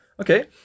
okay